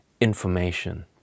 information